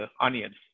onions